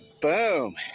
Boom